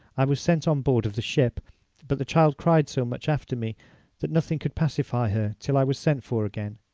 i was sent on board of the ship but the child cried so much after me that nothing could pacify her till i was sent for again.